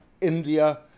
India